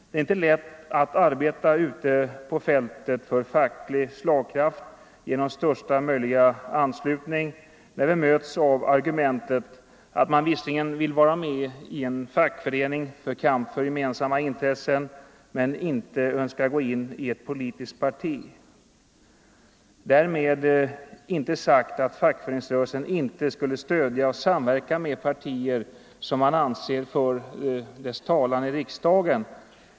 Det är inte lätt att arbeta ute på fältet för facklig slagkraft genom största möjliga anslutning, när vi möts av argumentet att man visserligen vill vara med i en fackförening för kamp för gemensamma intressen men inte önskar gå in i ett politiskt parti. Därmed är inte sagt att fackföreningsrörelsen inte skulle stödja och samverka med partier som man anser för dess talan i riksdagen.